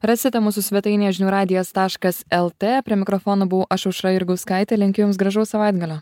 rasite mūsų svetainėje žinių radijas taškas lt prie mikrofono buvau aš aušra jurgauskaitė linkiu jums gražaus savaitgalio